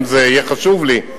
אם זה יהיה חשוב לי,